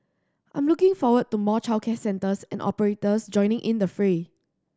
I'm looking forward to more childcare centres and operators joining in the fray